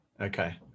okay